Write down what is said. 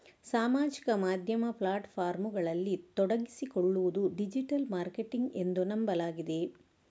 ಸಾಮಾಜಿಕ ಮಾಧ್ಯಮ ಪ್ಲಾಟ್ ಫಾರ್ಮುಗಳಲ್ಲಿ ತೊಡಗಿಸಿಕೊಳ್ಳುವುದು ಡಿಜಿಟಲ್ ಮಾರ್ಕೆಟಿಂಗ್ ಎಂದು ನಂಬಲಾಗಿದೆ